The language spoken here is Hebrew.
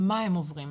מה הם עוברים.